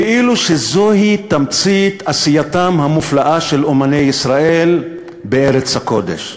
כאילו שזוהי תמצית עשייתם המופלאה של אמני ישראל בארץ הקודש.